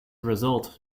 result